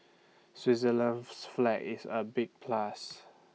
Switzerland's flag is A big plus